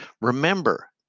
Remember